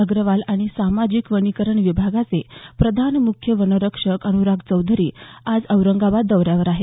अग्रवाल आणि सामाजिक वनीकरण विभागाचे प्रधान म्ख्य वनसंरक्षक अनुराग चौधरी आज औरंगाबाद दौऱ्यावर आहेत